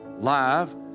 live